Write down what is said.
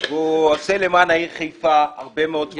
והוא עושה למען העיר חיפה הרבה מאוד דברים.